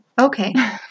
Okay